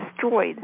destroyed